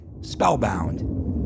Spellbound